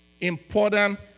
important